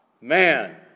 man